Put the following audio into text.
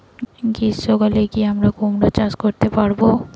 গ্রীষ্ম কালে কি আমরা কুমরো চাষ করতে পারবো?